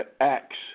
Acts